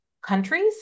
countries